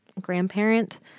grandparent